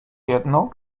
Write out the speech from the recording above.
jedno